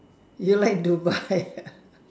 you like Dubai ah